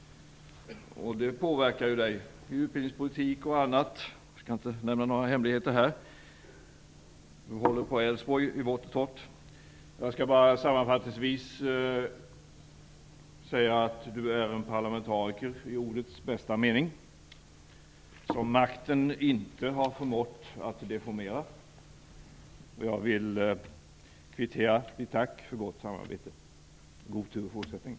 Det påverkar dig i utbildningspolitik och annat. Jag skall inte nämna några hemligheter. Du håller på Älvsborg i vått och torrt. Jag skall bara sammanfattningsvis säga att du är en parlamentariker i ordets bästa mening, som makten inte har förmått att deformera. Jag vill kvittera ditt tack för gott samarbete. God tur i fortsättningen!